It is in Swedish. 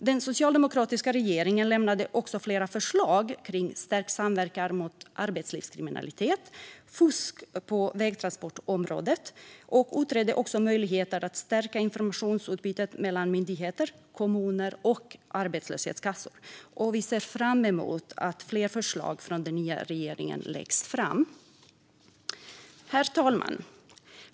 Den socialdemokratiska regeringen lämnade också flera förslag om stärkt samverkan mot arbetslivskriminalitet och fusk på vägtransportområdet och utredde även möjligheter att stärka informationsutbytet mellan myndigheter, kommuner och arbetslöshetskassor. Vi ser fram emot att fler förslag läggs fram av den nya regeringen. Herr talman!